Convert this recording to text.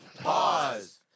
Pause